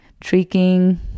tricking